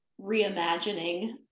reimagining